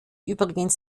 übrigens